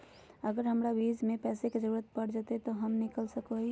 अगर हमरा बीच में पैसे का जरूरत पड़ जयते तो हम निकल सको हीये